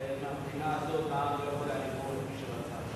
ומהבחינה הזאת העם לא יכול היה לבחור את מי שרצה.